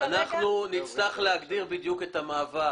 אנחנו נצטרך להגדיר בדיוק את המעבר